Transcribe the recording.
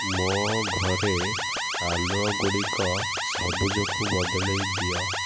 ମୋ ଘରେ ଆଲୁଅ ଗୁଡ଼ିକ ସବୁଜକୁ ବଦଳେଇ ଦିଅ